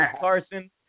Carson